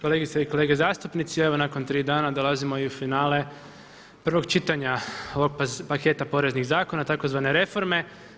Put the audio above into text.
Kolegice i kolege zastupnici, evo nakon tri dana dolazimo i u finale prvog čitanja ovog paketa poreznih zakona tzv. reforme.